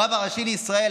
הרב הראשי לישראל,